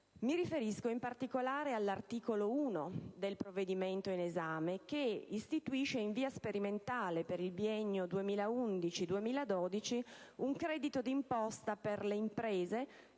Mi riferisco in particolare all'articolo 1 del provvedimento in esame, che istituisce in via sperimentale, per il biennio 2011-2012, un credito d'imposta per le imprese